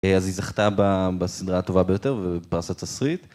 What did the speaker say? אז היא זכתה בסדרה הטובה ביותר ובפרס התסריט.